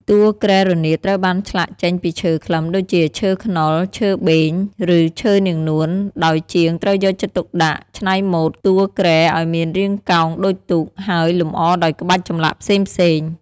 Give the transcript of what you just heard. តួគ្រែរនាតត្រូវបានឆ្លាក់ចេញពីឈើខ្លឹមដូចជា ឈើខ្នុរ ឈើបេង ឬឈើនាងនួន ដោយជាងត្រូវយកចិត្តទុកដាក់ច្នៃម៉ូដតួគ្រែឱ្យមានរាងកោងដូចទូក ហើយលម្អដោយក្បាច់ចម្លាក់ផ្សេងៗ។